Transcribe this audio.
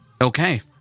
Okay